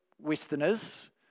Westerners